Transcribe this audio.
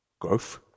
growth